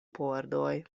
pordoj